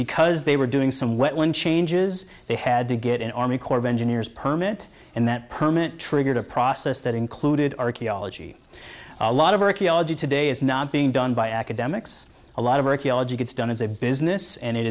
because they were doing somewhat wind changes they had to get an army corps of engineers permit and that permit triggered a process that included archaeology a lot of archaeology today is not being done by academics a lot of archaeology gets done as a business and it